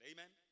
Amen